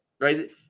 right